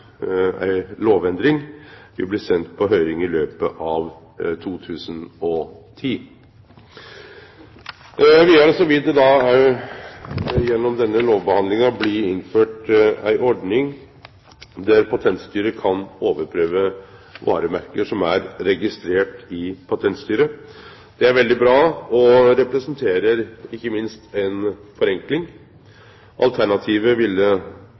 ei lovendring vil bli sendt på høyring i løpet av 2010. Vidare vil det gjennom denne lovbehandlinga bli innført ei ordning der Patentstyret kan overprøve varemerke som er registrerte i Patentstyret. Det er veldig bra, og representerer ikkje minst ei forenkling. Alternativet ville